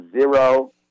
zero